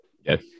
Yes